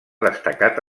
destacat